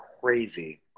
crazy